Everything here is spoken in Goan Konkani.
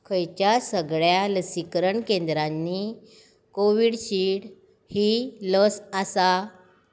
खंयच्या सगळ्या लसीकरण केंद्रांनी कोविडशिल्ड ही लस आसा